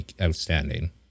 outstanding